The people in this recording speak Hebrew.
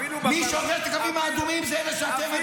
אפילו -- מי שעובר את הקווים האדומים זה אלה שאתם מצדיקים.